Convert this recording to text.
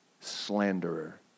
Slanderer